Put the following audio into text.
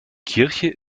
kirche